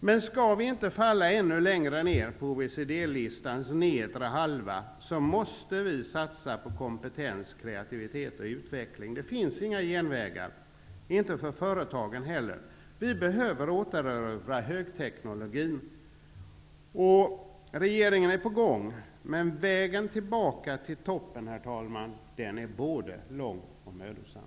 Men skall vi inte falla ännu längre ned på OECD-listans nedre halva måste vi satsa på kompetens, kreativitet och utveckling. Det finns inga genvägar. Inte heller för företagen. Vi behöver återerövra högteknologin. Regeringen är på gång, men vägen tillbaka till toppen, herr talman, är både lång och mödosam.